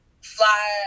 fly